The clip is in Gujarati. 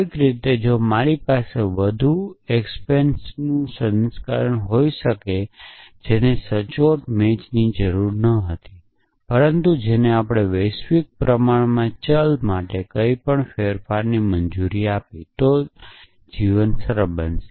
કોઈક રીતે જો મારી પાસે વધુ એક્સ્પેન્સન્ટ્સનું સંસ્કરણ હોઈ શકે જેને સચોટ મેચની જરૂર ન હતી પરંતુ જેણે આપણને વૈશ્વિક પ્રમાણમાં ચલ માટે કંઈપણ ફેરવવાની મંજૂરી આપી તો જીવન સરળ બનશે